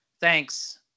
thanks